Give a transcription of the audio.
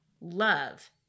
love